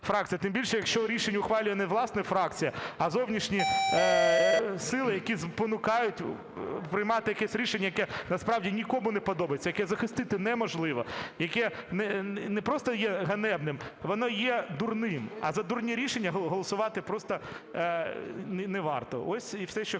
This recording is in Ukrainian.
Тим більше, якщо рішення ухвалює не власне фракція, а зовнішні сили, які спонукають приймати якесь рішення, яке насправді нікому не подобається, яке захистити неможливо, яке не просто є ганебним - воно є дурним. А за дурні рішення голосувати просто не варто. Ось і все, що я хотів